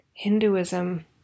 Hinduism